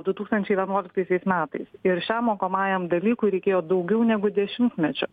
du tūkstančiai vienuoliktaisiais metais ir šiam mokomajam dalykui reikėjo daugiau negu dešimtmečio